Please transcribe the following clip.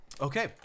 Okay